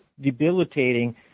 debilitating